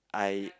I